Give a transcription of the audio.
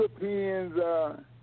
Europeans